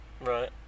Right